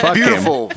Beautiful